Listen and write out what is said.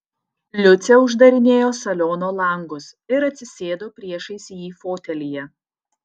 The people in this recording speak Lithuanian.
liucė uždarinėjo saliono langus ir atsisėdo priešais jį fotelyje